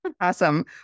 awesome